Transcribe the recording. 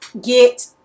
get